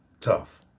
tough